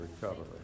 recovery